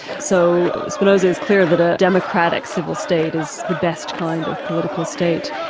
so spinoza's clear that a democratic civil state is the best kind of political state,